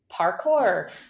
parkour